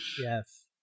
Yes